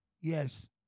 Yes